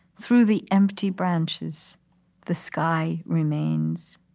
through the empty branches the sky remains.